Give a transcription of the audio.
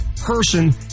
person